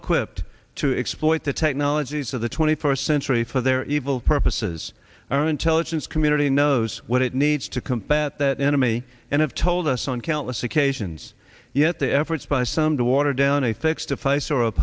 equipped to exploit the technologies of the twenty first century for their evil purposes our intelligence community knows what it needs to combat that enemy and have told us on countless occasions yet the efforts by some to water down a fix